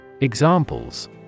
Examples